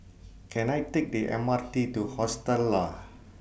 Can I Take The M R T to Hostel Lah